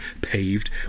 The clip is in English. paved